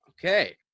Okay